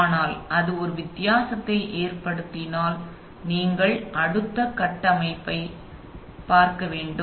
ஆனால் அது ஒரு வித்தியாசத்தை ஏற்படுத்தினால் நீங்கள் அடுத்த கட்டமைப்பைப் பார்க்க வேண்டும்